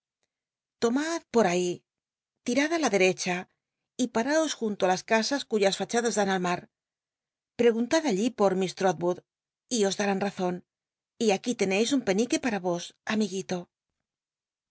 lomad por ahí tirad á la derecha y paraos junto ti las éasas cuyas fachadas dan al mar preguntad allí por m trotwood y os darán razoli y a uí lé neis un penique para vos amiguito